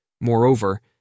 Moreover